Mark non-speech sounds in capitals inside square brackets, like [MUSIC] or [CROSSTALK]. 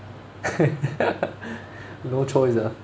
[LAUGHS] no choice ah